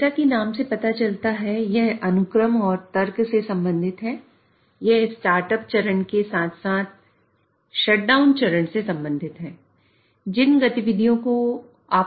जैसा कि नाम से पता चलता है यह अनुक्रम और तर्क से संबंधित है